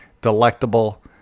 delectable